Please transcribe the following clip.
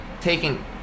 taking